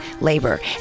labor